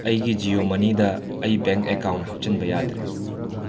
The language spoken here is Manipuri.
ꯑꯩꯒꯤ ꯖꯤꯌꯣ ꯃꯅꯤꯗ ꯑꯩ ꯕꯦꯡꯛ ꯑꯦꯀꯥꯎꯟ ꯍꯥꯞꯆꯤꯟꯕ ꯌꯥꯗ꯭ꯔꯦ